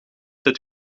dit